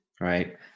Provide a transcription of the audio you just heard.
right